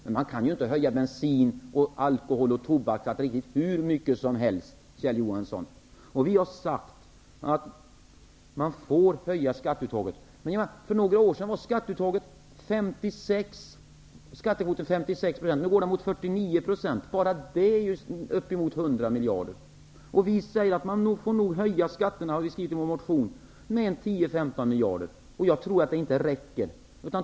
Man kan inte höja skatten på bensin, alkohol och tobak hur mycket som helst, Kjell Johansson. Vi har sagt att man får höja skatteuttaget. För några år sedan var skattekvoten 56 %. Nu närmar den sig 49 %. Bara det gör uppemot 100 miljarder. I vår motion har vi skrivit att skatterna nog får höjas med 10--15 miljarder. Jag tror inte att det räcker.